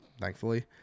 thankfully